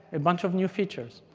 a bunch of new features.